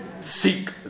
seek